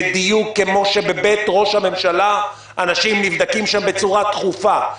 בדיוק כמו שבבית ראש הממשלה אנשים נבדקים שם בצורה תכופה.